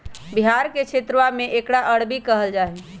बिहार के क्षेत्रवा में एकरा अरबी कहल जाहई